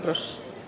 Proszę.